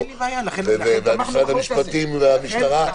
ומשרד המשפטים והמשטרה הולכים על זה.